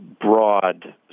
broad